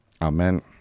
Amen